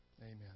Amen